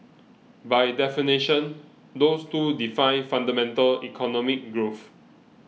by definition those two define fundamental economic growth